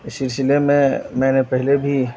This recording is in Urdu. اس سلسلے میں میں نے پہلے بھی